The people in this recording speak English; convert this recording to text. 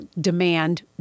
demand